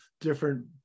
different